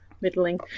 middling